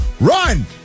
run